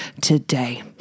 today